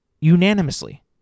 unanimously